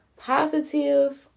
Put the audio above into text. positive